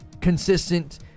consistent